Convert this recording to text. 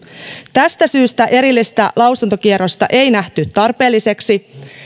tästä syystä erillistä lausuntokierrosta ei nähty tarpeelliseksi